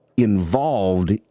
involved